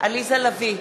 עליזה לביא,